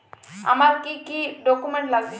আমার কি কি ডকুমেন্ট লাগবে?